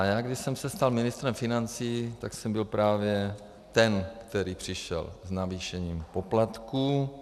Když jsem se stal ministrem financí, tak jsem byl právě ten, který přišel s navýšením poplatků.